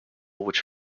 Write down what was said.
which